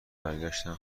برگشتن